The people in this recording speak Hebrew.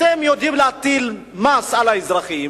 אתם יודעים להטיל מס על האזרחים,